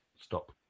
stop